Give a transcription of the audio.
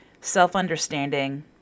self-understanding